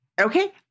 Okay